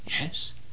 Yes